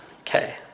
Okay